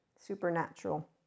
supernatural